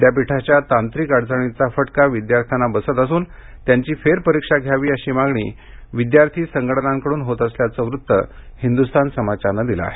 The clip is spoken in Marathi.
विद्यापीठाच्या तांत्रिक अडचणींचा फटका विद्यार्थ्यांना बसत असून त्यांची फेरपरीक्षा घ्यावी अशी मागणी विद्यार्थी संघटनांकडून होत असल्याचं वृत्त हिंदुस्तान संमाचारनं दिलं आहे